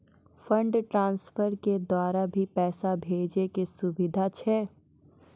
Fund transfer के द्वारा भी पैसा भेजै के सुविधा छै?